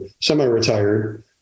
semi-retired